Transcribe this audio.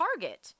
target